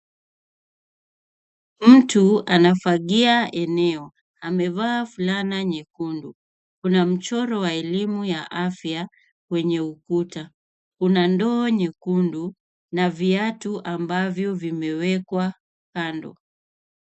Mtu anafagia eneo amevaa fulana nyekundu. Kuna mchoro wa elimu ya afya kwenye ukuta. Kuna ndoo nyekundu na viatu ambavyo vimewekwa kando.